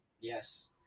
Yes